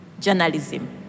journalism